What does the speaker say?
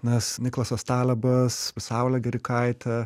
nes nikolas astalebas saulė gerikaitė